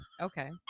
okay